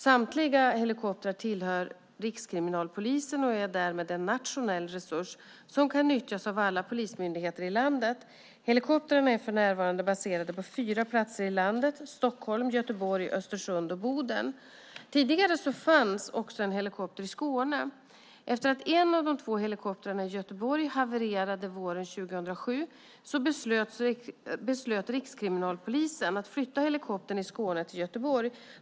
Samtliga helikoptrar tillhör Rikskriminalpolisen och är därmed en nationell resurs som kan nyttjas av alla polismyndigheter i landet. Helikoptrarna är för närvarande baserade på fyra platser i landet - Stockholm, Göteborg, Östersund och Boden. Tidigare fanns också en helikopter i Skåne. Efter att en av de två helikoptrarna i Göteborg havererade våren 2007 beslöt Rikskriminalpolisen att flytta helikoptern i Skåne till Göteborg.